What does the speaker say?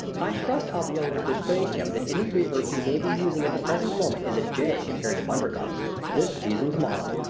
i trust i'll be able to persuade him that any reaper he may be using at the present moment is a jay compared to bundercombe's this season's model!